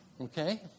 Okay